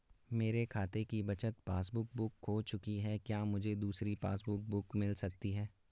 मेरे खाते की बचत पासबुक बुक खो चुकी है क्या मुझे दूसरी पासबुक बुक मिल सकती है?